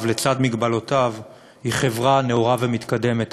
לצד מגבלותיו היא חברה נאורה ומתקדמת,